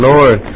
Lord